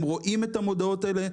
הם רואים את המודעות האלה,